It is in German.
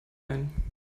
ein